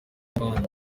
n’abandi